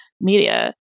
media